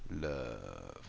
love